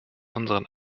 unseren